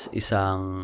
isang